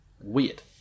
Weird